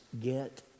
get